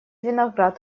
виноград